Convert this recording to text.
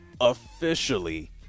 officially